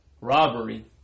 Robbery